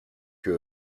que